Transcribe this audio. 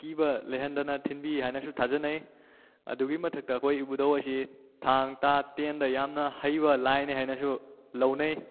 ꯀꯤꯕ ꯂꯩꯍꯟꯗꯅ ꯊꯤꯟꯕꯤ ꯍꯥꯏꯅꯁꯨ ꯊꯥꯖꯅꯩ ꯑꯗꯨꯒꯤ ꯃꯊꯛꯇ ꯑꯩꯈꯣꯏ ꯏꯕꯨꯗꯧ ꯑꯁꯤ ꯊꯥꯡ ꯇꯥ ꯇꯦꯟꯗ ꯌꯥꯝꯅ ꯍꯩꯕ ꯂꯥꯏꯅꯤ ꯍꯥꯏꯅꯁꯨ ꯂꯧꯅꯩ